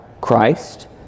Christ